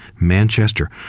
manchester